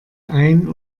ein